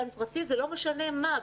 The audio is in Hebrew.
זה לא משנה מה,